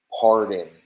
pardon